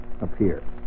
appear